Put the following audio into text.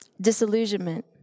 disillusionment